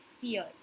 fears